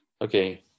Okay